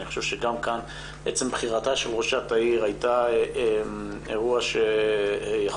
אני חושב שעצם בחירתה של ראשת העיר הייתה אירוע שיכול